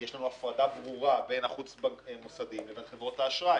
יש לנו הפרדה ברורה בין החוץ מוסדיים לבין חברות האשראי.